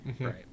Right